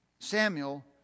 Samuel